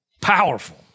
Powerful